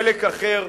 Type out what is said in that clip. חלק אחר,